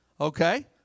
Okay